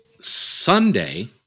Sunday